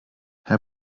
herr